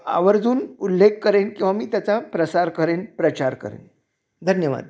आवर्जून उल्लेख करेन किंवा मी त्याचा प्रसार करेन प्रचार करेन धन्यवाद